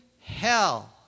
hell